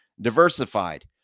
Diversified